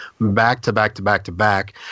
back-to-back-to-back-to-back